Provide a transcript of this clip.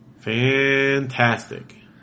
Fantastic